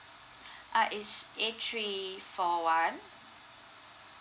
uh is eight three four one